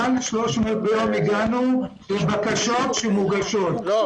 הגענו ל- 300 בקשות שמוגשות ביום.